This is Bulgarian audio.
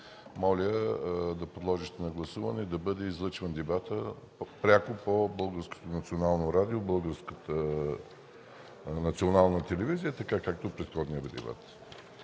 моля да подложите на гласуване предложението да бъде излъчван дебатът пряко по Българското национално радио и Българската национална телевизия, така както предходният дебат.